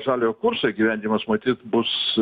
žaliojo kurso įgyvendinimas matyt bus